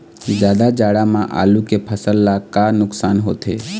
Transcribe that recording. जादा जाड़ा म आलू के फसल ला का नुकसान होथे?